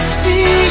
see